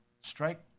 strike